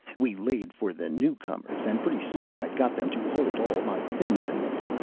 we laid for the new-comers, and pretty soon i'd got them to hold all my things a minute,